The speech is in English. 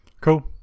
Cool